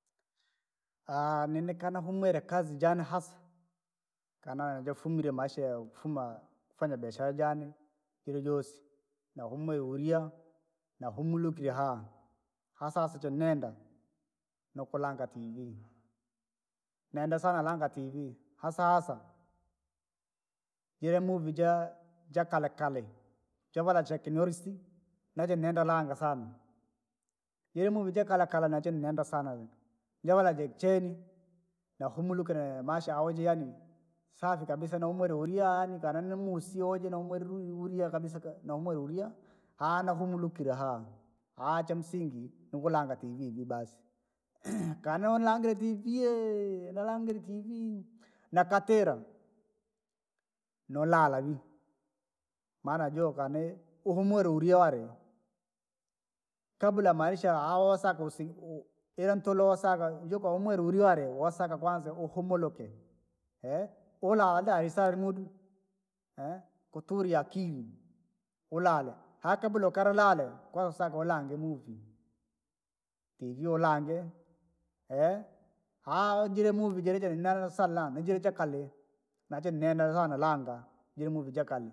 nini kana humwire kazi jane hasa, kanaja jafumire maisha ya ufuma kufanya biashara jaane, jiri joosi. Nahumire uriya, nahumulukire hahaa, hasa hasa jeneenda, nikulanga tv, nenda sana ranga tv, hasa hasa, jira muuvi jaa- jakale kale, javala chicknollis na jene neenda langa saana. Jira muuvi jaa kale kale noo jeere neenda saana vii, jaranda jekchenii, nahurumulukira maisha aujiani, safi kabisa nahumire uri yaani kana nu musi oje numweruhuri kabisa ka- numweruhuria! Aha nuhumulukira haa. Aaha chamasingi, nikulanga tv vii basi, kaane ulongile tv eeh! Naulangire tv eeh! Nakatira, nolala vii, maana joka ne uhumwire uriya waari. Kabla maarisha aosaka koosaka using oho ira ntulu woosaka joka uhumuluke ulilale wosaka kwanza uhumuluke, uraara isasa rimudu, kuturya akiri. Ulale haa kabla ukaree lala kwanza woosaka ulange muvii, tv ulange, haa wojira muuvi jira jee nala salama nijira jakale. Najee neenda sana langa jira muuvi jakale,